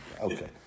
Okay